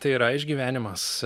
tai yra išgyvenimas